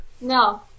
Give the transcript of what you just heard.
No